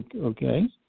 Okay